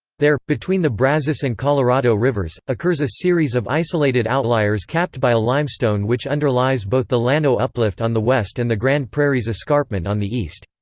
there, between the brazos and colorado rivers, occurs a series of isolated outliers capped by a limestone which underlies both the llano uplift on the west and the grand prairies escarpment on the east.